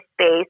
space